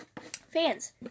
Fans